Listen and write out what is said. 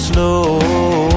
Slow